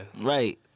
Right